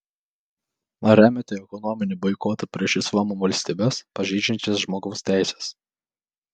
ar remiate ekonominį boikotą prieš islamo valstybes pažeidžiančias žmogaus teises